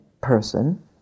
person